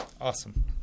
awesome